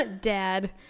Dad